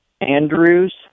Andrews